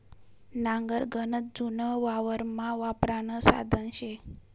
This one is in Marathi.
नांगर गनच जुनं वावरमा वापरानं साधन शे